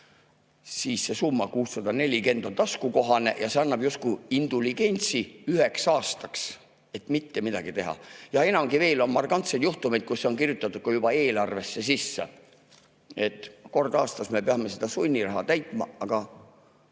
siis see 640 [eurot] on taskukohane ja see annab justkui indulgentsi üheks aastaks, et mitte midagi teha. Ja enamgi veel. On markantseid juhtumeid, kus on kirjutatud juba [ettevõtte] eelarvesse sisse, et kord aastas me peame seda sunniraha maksma.